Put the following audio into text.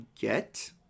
get